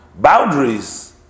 boundaries